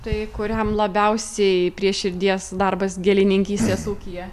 tai kuriam labiausiai prie širdies darbas gėlininkystės ūkyje